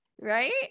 right